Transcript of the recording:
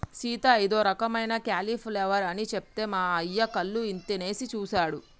సీత ఇదో రకమైన క్యాలీఫ్లవర్ అని సెప్తే మా అయ్య కళ్ళు ఇంతనేసి సుసాడు